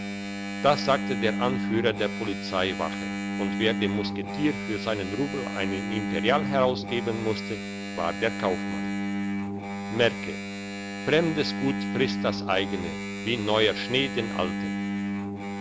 das sagte der anführer der polizeiwache und wer dem musketier für seinen rubel einen imperial herausgeben musste war der kaufmann merke fremdes gut frisst das eigene wie neuer schnee den alten